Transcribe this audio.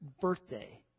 birthday